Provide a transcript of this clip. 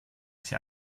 sich